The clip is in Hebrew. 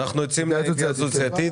אנחנו יוצאים להתייעצות סיעתית.